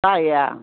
ꯇꯥꯏꯌꯦ